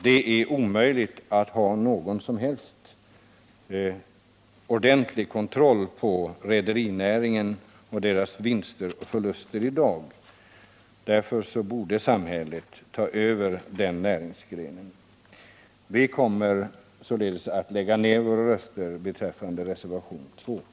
Det är i dag omöjligt att ha någon som helst kontroll över rederinäringen, dess vinster och förluster. Därför borde samhället ta över den näringsgrenen. Vi kommer således att lägga ned våra röster vid voteringen angående mom. 6 i utskottets betänkande.